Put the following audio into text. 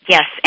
Yes